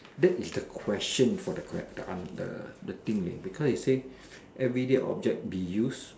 that is the question for the ques~ the an~ the the thing leh because it say everyday object be use